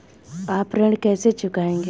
आप ऋण कैसे चुकाएंगे?